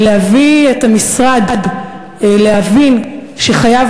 תעשה מאמץ גדול להביא את המשרד להבין שחייב